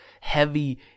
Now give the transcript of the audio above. heavy